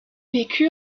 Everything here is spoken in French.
bécu